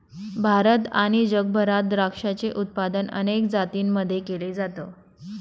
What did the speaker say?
भारत आणि जगभरात द्राक्षाचे उत्पादन अनेक जातींमध्ये केल जात